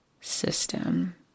system